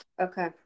Okay